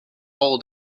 all